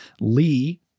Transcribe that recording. Lee